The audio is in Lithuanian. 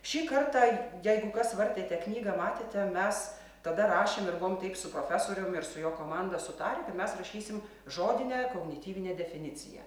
šį kartą jeigu kas vartėte knygą matėte mes tada rašėm ir buvom taip su profesorium ir su jo komanda sutarę kad mes rašysim žodinę kognityvinę definiciją